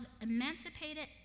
emancipated